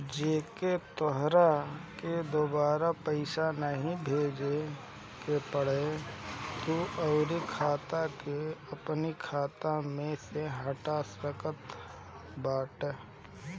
जेके तोहरा के दुबारा पईसा नाइ भेजे के बाटे तू ओकरी खाता के अपनी खाता में से हटा सकत बाटअ